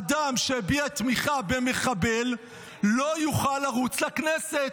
אדם שהביע תמיכה במחבל לא יוכל לרוץ לכנסת.